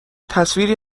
تصویری